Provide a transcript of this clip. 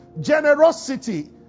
Generosity